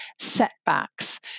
setbacks